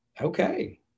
Okay